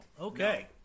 Okay